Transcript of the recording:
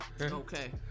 Okay